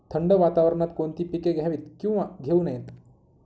थंड वातावरणात कोणती पिके घ्यावीत? किंवा घेऊ नयेत?